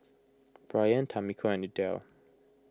Bryant Tamiko and Idell